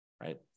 right